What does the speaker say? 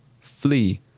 Flee